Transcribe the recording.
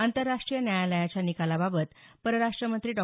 आंतरराष्ट्रीय न्यायालयाच्या निकालाबाबत परराष्ट्र मंत्री डॉ